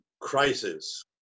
crisis